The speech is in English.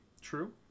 True